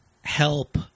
Help